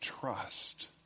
trust